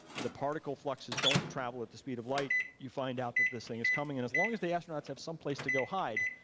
the particle flecks just don't travel at the speed of light, you find out that this thing is coming and as long as the astronauts have someplace to go hide,